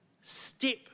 step